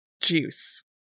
juice